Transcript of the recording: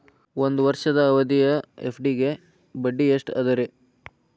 ಒಂದ್ ವರ್ಷದ ಅವಧಿಯ ಎಫ್.ಡಿ ಗೆ ಬಡ್ಡಿ ಎಷ್ಟ ಅದ ರೇ?